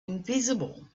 invisible